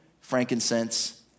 frankincense